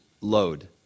load